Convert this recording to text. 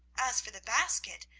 as for the basket,